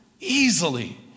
easily